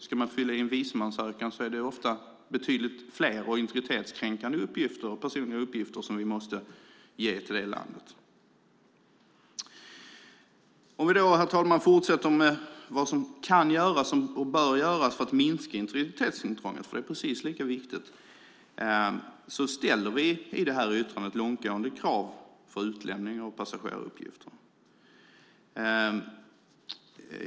I en visumansökan är det ofta betydligt fler och integritetskränkande personliga uppgifter som man måste ge. Herr talman! När det gäller vad som kan och ska göras för att minska integritetsintrånget, något som är precis lika viktigt, ställer vi i det här utlåtandet långtgående krav för utlämning av passageraruppgifter.